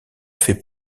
fait